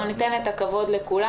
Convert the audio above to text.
אנחנו ניתן את הכבוד לכולם,